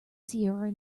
sierra